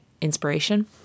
inspiration